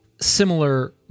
similar